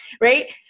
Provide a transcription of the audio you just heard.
right